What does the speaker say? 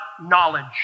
knowledge